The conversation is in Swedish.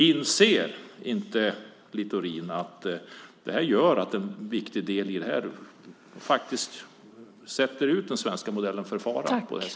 Inser inte Littorin att det här är en viktig del i att utsätta den svenska modellen för en fara?